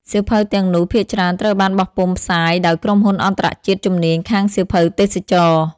សៀវភៅទាំងនោះ ភាគច្រើនត្រូវបានបោះពុម្ពផ្សាយដោយក្រុមហ៊ុនអន្តរជាតិជំនាញខាងសៀវភៅទេសចរណ៍។